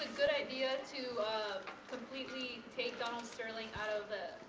good idea to completely take on sterling out of the